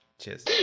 Cheers